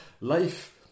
life